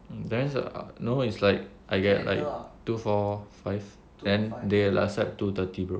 there is a~ no it's like I can get like two four five then they will accept two thirty bro